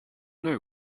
know